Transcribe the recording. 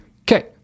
Okay